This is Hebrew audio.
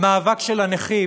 המאבק של הנכים,